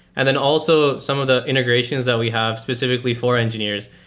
and then also some of the integrations that we have specifically for engineers.